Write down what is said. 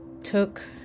took